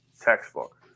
textbook